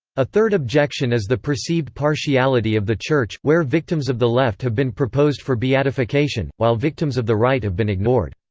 a third objection is the perceived partiality of the church, where victims of the left have been proposed for beatification, while victims of the right have been ignored.